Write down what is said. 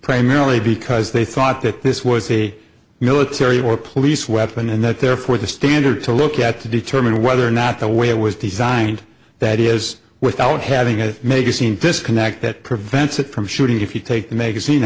primarily because they thought that this was a military or police weapon and that therefore the standard to look at to determine whether or not the way it was designed that is without having to make a scene disconnect that prevents it from shooting if you take the magazine